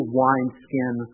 wineskin